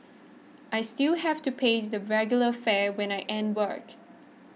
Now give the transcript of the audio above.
I still have to pay the regular fare when I end work